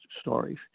stories